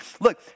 Look